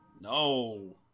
No